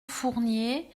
fournier